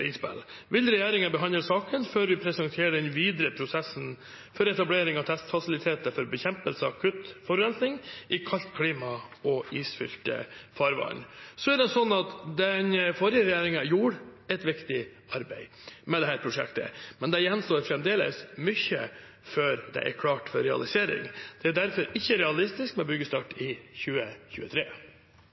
innspill, vil regjeringen behandle saken før vi presenterer den videre prosessen for etablering av testfasiliteter for bekjempelse av akutt forurensning i kaldt klima og isfylte farvann. Den forrige regjeringen gjorde et viktig arbeid med dette prosjektet, men det gjenstår fremdeles mye før det er klart for realisering. Det er derfor ikke realistisk med byggestart i 2023.